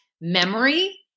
memory